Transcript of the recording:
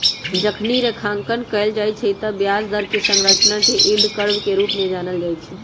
जखनी रेखांकन कएल जाइ छइ तऽ ब्याज दर कें संरचना के यील्ड कर्व के रूप में जानल जाइ छइ